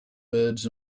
birds